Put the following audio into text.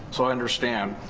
so i understand,